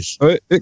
right